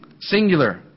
Singular